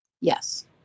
Yes